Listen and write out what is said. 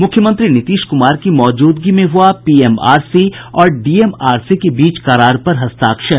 मुख्यमंत्री नीतीश कुमार की मौजूदगी में हुआ पीएमआरसी और डीएमआरसी के बीच करार पर हस्ताक्षर